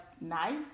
nice